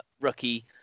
rookie